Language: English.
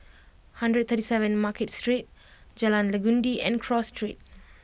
one hundred thirty seven Market Street Jalan Legundi and Cross Street